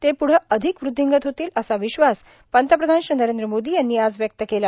ते पुढं अधिक वृद्धिंगत होतील असा विश्वास पंतप्रधान श्री नरेंद्र मोदी यांनी आज व्यक्त केला